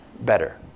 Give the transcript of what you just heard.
better